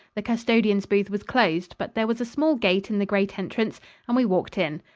the custodian's booth was closed, but there was a small gate in the great entrance and we walked in.